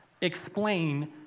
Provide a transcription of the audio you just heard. explain